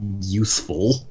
useful